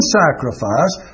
sacrifice